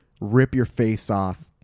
rip-your-face-off